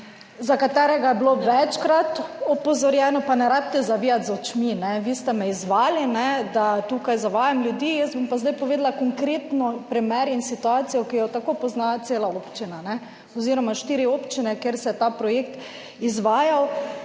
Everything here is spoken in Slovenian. za katerega je bilo večkrat opozorjeno, pa ne rabite zavijati z očmi. Vi ste me izzvali, ne da tukaj zavajam ljudi. Jaz bom pa zdaj povedala konkretno primer in situacijo, ki jo tako pozna cela občina 70. TRAK: (SC) – 17.45 (nadaljevanje) oziroma štiri občine, kjer se je ta projekt izvajal